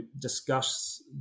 discuss